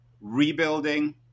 rebuilding